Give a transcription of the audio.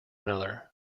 another